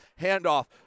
handoff